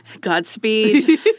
Godspeed